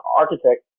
architect